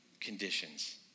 conditions